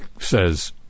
says